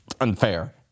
unfair